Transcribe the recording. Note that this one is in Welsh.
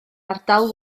ardal